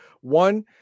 One